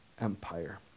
Empire